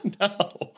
No